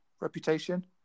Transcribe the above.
reputation